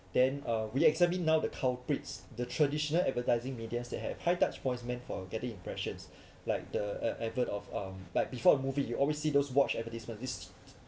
then uh we examine now the culprits the traditional advertising media that have high touch points meant for getting impressions like the advert of um like before a movie you obviously see those watch advertisement this